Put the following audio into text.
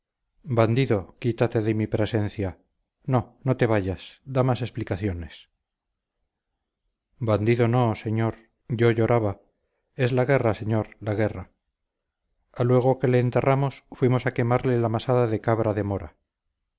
bandido quítate de mi presencia no no te vayas da más explicaciones bandido no señor yo lloraba es la guerra señor la guerra aluego que le enterramos fuimos a quemarle la masada de cabra de mora